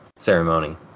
ceremony